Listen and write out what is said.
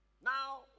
Now